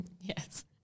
Yes